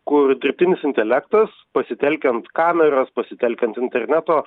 kur dirbtinis intelektas pasitelkiant kameros pasitelkiant interneto